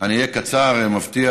אני אהיה קצר, אני מבטיח.